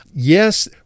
Yes